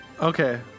Okay